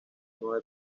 nueve